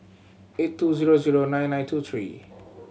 eight two zero zero nine nine two three